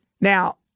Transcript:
Now